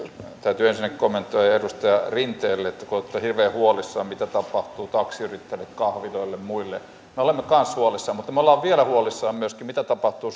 täytyy ensinnäkin kommentoida edustaja rinteelle kun olette hirveän huolissanne siitä mitä tapahtuu taksiyrittäjille kahviloille ja muille me olemme kans huolissamme mutta me olemme huolissamme myöskin siitä mitä tapahtuu